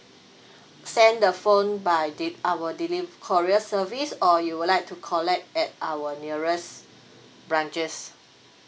send the phone by de~ our delivery courier service or you would like to collect at our nearest branches